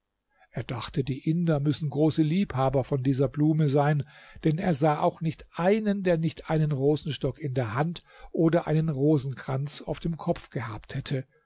er dachte die inder müssen große liebhaber von dieser blume sein denn er sah auch nicht einen der nicht einen rosenstock in der hand oder einen rosenkranz auf dem kopf gehabt hätte